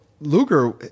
Luger